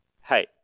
hey